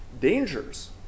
dangers